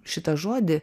šitą žodį